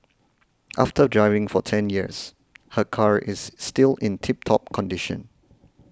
after driving for ten years her car is still in tip top condition